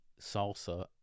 salsa